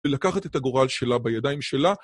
ולקחת את הגורל שלה בידיים שלה.